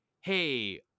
hey